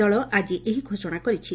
ଦଳ ଆଜି ଏହି ଘୋଷଣା କରିଛି